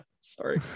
Sorry